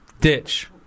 ditch